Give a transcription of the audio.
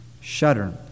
shudder